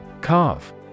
Carve